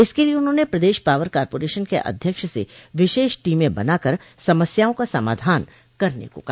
इसके लिये उन्होंने प्रदेश पॉवर कारोपेरेशन के अध्यक्ष से विशेष टीमें बनाकर समस्याओं का समाधान करने को कहा